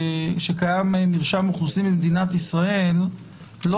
שקיים מרשם אוכלוסין במדינת ישראל לא